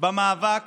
במאבק